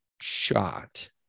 shot